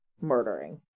murdering